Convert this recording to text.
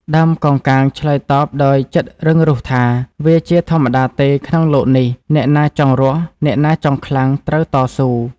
ដើមកោងកាងឆ្លើយដោយចិត្តរឹងរូសថា៖ "វាជាធម្មតាទេក្នុងលោកនេះ! អ្នកណាចង់រស់ អ្នកណាចង់ខ្លាំង ត្រូវតស៊ូ។